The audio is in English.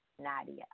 Nadia